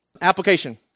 Application